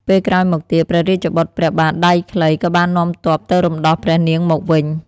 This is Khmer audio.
ពេលក្រោយមកទៀត ព្រះរាជបុត្រព្រះបាទដៃខ្លីក៏បាននាំទ័ពទៅរំដោះព្រះនាងមកវិញ។